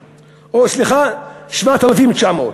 או, סליחה, 7,900,